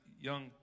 young